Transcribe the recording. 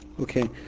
Okay